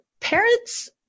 Parents